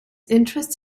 interests